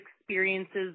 experiences